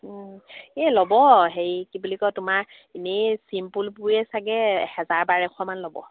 এই ল'ব হেৰি কি বুলি কয় তোমাৰ এনেই চিম্পুলবোৰেই চাগে হেজাৰ বাৰশ মান ল'ব